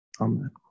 Amen